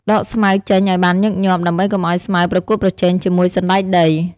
ដកស្មៅចេញឱ្យបានញឹកញាប់ ដើម្បីកុំឱ្យស្មៅប្រកួតប្រជែងជាមួយសណ្តែកដី។